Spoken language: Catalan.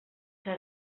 que